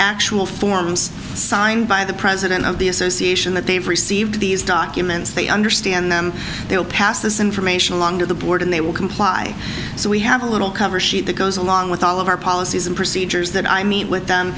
actual forms signed by the president of the association that they've received these documents they understand them they will pass this information along to the board and they will comply so we have a little cover sheet that goes along with all of our policies and procedures that i meet with them